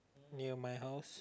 near my house